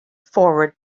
forward